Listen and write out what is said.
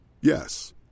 Yes